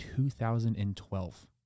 2012